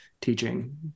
teaching